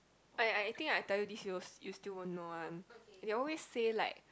I I think I tell you this you you still won't know one they always say like